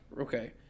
okay